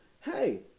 hey